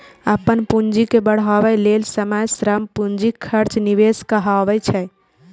अपन पूंजी के बढ़ाबै लेल समय, श्रम, पूंजीक खर्च निवेश कहाबै छै